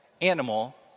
animal